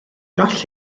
gall